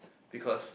because